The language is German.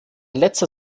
letzter